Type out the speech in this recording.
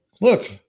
Look